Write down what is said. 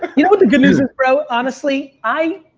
you know what the good news is bro, honestly? i